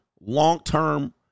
long-term